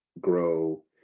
grow